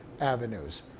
avenues